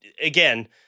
again